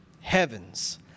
heavens